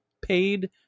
paid